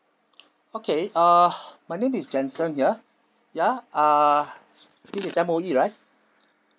okay uh my name is jenson here ya uh this is M_O_E right